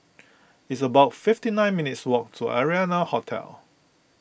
it's about fifty nine minutes' walk to Arianna Hotel